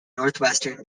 northwestern